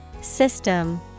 system